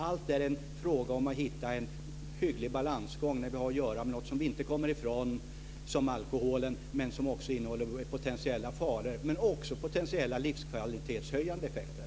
Allt är en fråga om att hitta en hygglig balansgång när vi har att göra med något som vi inte kommer ifrån, som alkoholen, och som innehåller potentiella varor men också potentiella livskvalitetshöjande effekter.